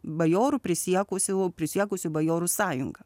bajorų prisiekusiųjų prisiekusių bajorų sąjunga